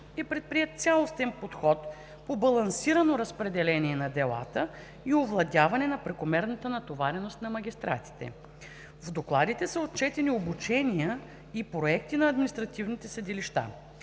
е предприет цялостен подход по балансирано разпределение на делата и овладяване на прекомерната натовареност на магистратите. В докладите са отчетени обучения и проекти на административните съдилища.